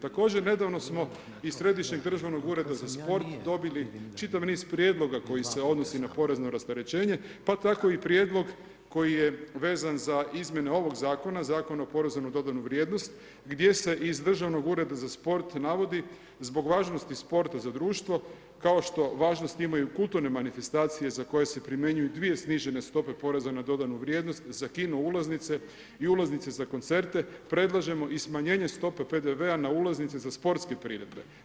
Također nedavno smo iz Središnjeg državnog ureda za sport dobili čitav niz prijedloga koji se odnosi na porezno rasterećenje pa tako i prijedlog koji je vezan za izmjene ovog zakona, Zakona o porezu na dodanu vrijednost gdje se iz državnog ureda za sport navodi zbog važnosti sporta za društvo kao što važnost imaju kulturne manifestacije za koje se primjenjuju dvije snižene stope poreza na dodanu vrijednost za kino ulaznice i ulaznice za koncerte predlažemo i smanjenje stope PDV-a na ulaznice za sportske priredbe.